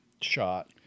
shot